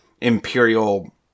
Imperial